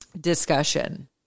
discussion